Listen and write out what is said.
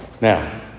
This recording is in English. Now